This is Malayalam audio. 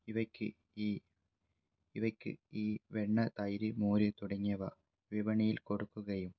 ഇവയ്ക്ക് ഈ ഇവയ്ക്ക് ഈ വെണ്ണ തൈര് മോര് തുടങ്ങിയവ വിപണിയിൽ കൊടുക്കുകയും